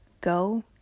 Go